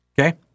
Okay